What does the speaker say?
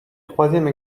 troisième